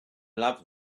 loved